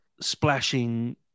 splashing